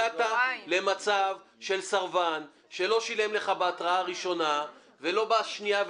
הגעת למצב של סרבן שלא שילם לך בהתראה הראשונה ולא בשנייה,